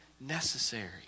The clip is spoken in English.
necessary